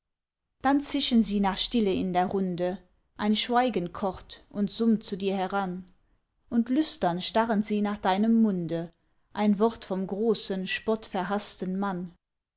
dann zischen sie nach stille in der runde ein schweigen kocht und summt zu dir heran und lüstern starren sie nach deinem munde ein wort vom großen spott verhaßten mann